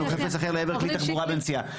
או חפץ אחר לכלי תחבורה בנסיעה,